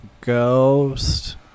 ghost